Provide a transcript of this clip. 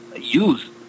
use